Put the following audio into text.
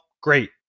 great